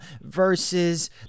versus